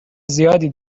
زیادی